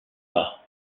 pas